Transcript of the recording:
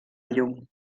llum